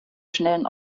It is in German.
schnellen